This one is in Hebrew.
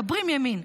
מדברים ימין,